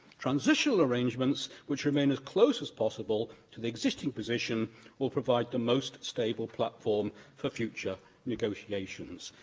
transitional arrangements which remain as close as possible to the existing position will provide the most stable platform for future negotiations',